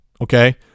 okay